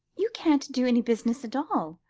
you can't do any business at all,